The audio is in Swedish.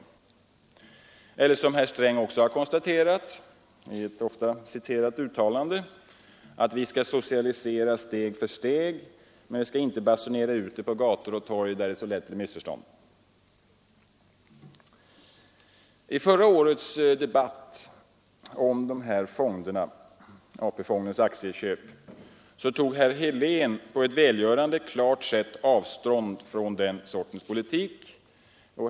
Eller som herr Sträng också har konstaterat i ett ofta citerat uttalande: ”Vi skall socialisera steg för steg men vi skall inte basunera ut det på gator och torg där det så lätt blir missförstånd.” I förra årets debatt om AP-fondens aktieköp tog herr Helén på ett välgörande klart sätt avstånd från den sortens politik.